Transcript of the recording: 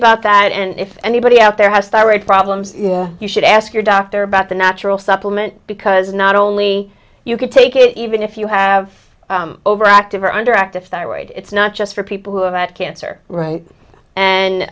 about that and if anybody out there has thyroid problems you should ask your doctor about the natural supplement because not only you can take it even if you have overactive underactive thyroid it's not just for people who have had cancer right